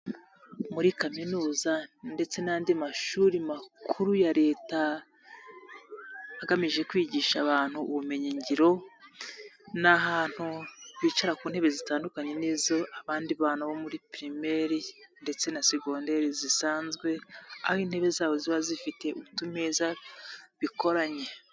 Muri kaminuza ndetse n'andi mashuri makuru ya leta agamije kwigisha abantu ubumenyingiro ni ahantu bicara ku ntebe zitandukanye n'izo abandi bana bo muri Pimere (primaire) ndetse na Segondere (secondaire) zisanzwe aho intebe zabo ziba zifite utumeza bikoranye.